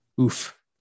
Oof